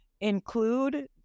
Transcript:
include